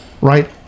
right